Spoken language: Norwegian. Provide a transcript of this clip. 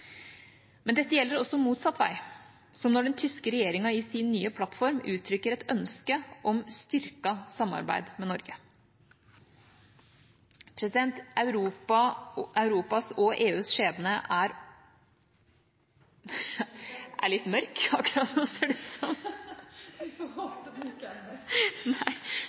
Men dette gjelder også motsatt vei, som når den tyske regjeringa i sin nye plattform uttrykker et ønske om styrket samarbeid med Norge. Europas og EUs skjebne er